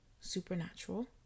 supernatural